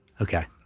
Okay